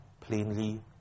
plainly